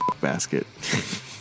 Basket